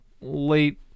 late